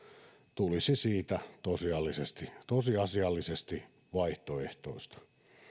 tulisi siitä tosiasiallisesti tosiasiallisesti vaihtoehtoista